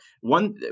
One